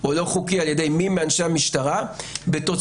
או לא חוקי ע"י מי מאנשי המשטרה בתוצרים